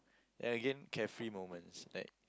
then again carefree moments that